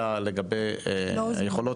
הופכת שולחן על ההחלטה הזו?